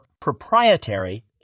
proprietary